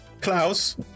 Klaus